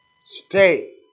stay